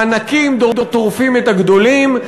הענקים טורפים את הגדולים,